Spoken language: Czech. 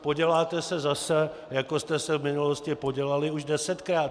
Poděláte se zase, jako jste se v minulosti podělali už desetkrát.